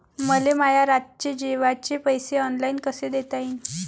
मले माया रातचे जेवाचे पैसे ऑनलाईन कसे देता येईन?